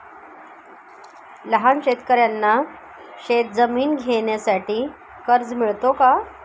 लहान शेतकऱ्यांना शेतजमीन घेण्यासाठी कर्ज मिळतो का?